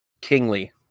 kingly